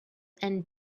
and